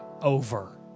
over